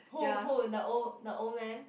who who the old the old man